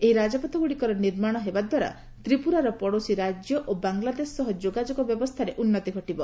ଏହି ରାଜପଥଗୁଡ଼ିକର ନିର୍ମାଣ ହେବା ସହ ତ୍ରିପୁରାର ପଡ଼ୋଶୀ ରାଜ୍ୟ ଓ ବାଙ୍ଗଲାଦେଶ ସହ ଯୋଗାଯୋଗ ବ୍ୟବସ୍ଥାରେ ଉନ୍ନତି ଘଟିବ